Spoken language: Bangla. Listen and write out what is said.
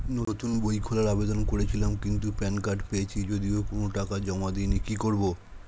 নতুন বই খোলার আবেদন করেছিলাম কিন্তু প্যান কার্ড পেয়েছি যদিও কোনো টাকা জমা দিইনি কি করব?